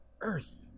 earth